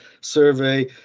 survey